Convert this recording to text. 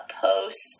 post